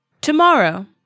tomorrow